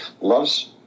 loves